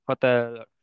hotel